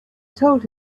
told